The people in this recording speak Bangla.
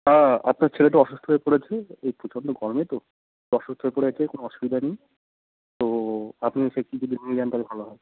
হ্যাঁ আপনার ছেলেটা অসুস্থ হয়ে পড়েছে এই প্রচন্ড গরমে তো অসুস্থ হয়ে পড়েছে কোনও অসুবিধা নেই তো আপনি এসে একটু যদি নিয়ে যান তাহলে ভালো হয়